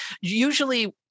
Usually